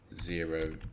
zero